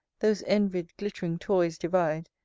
those envy'd glitt'ring toys divide,